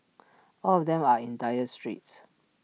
all of them are in dire straits